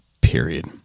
period